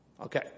Okay